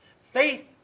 Faith